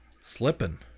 Slipping